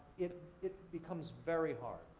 it it becomes very hard.